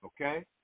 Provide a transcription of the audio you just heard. Okay